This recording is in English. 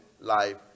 life